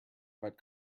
but